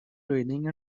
reading